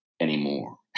anymore